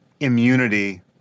immunity